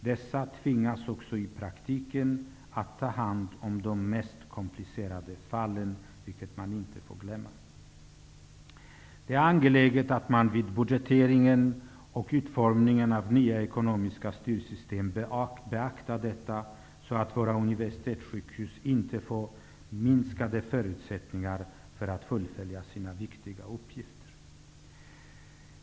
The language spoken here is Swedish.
Dessa tvingas också i praktiken att ta hand om de mest komplicerade fallen, vilket man inte får glömma. Det är angeläget att man vid budgeteringen och vid utformningen av nya ekonomiska styrsystem beaktar detta så att våra universitetssjukhus inte får minskade förutsättningar att fullfölja sina viktiga uppgifter.